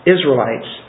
Israelites